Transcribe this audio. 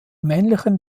männlichen